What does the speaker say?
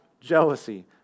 jealousy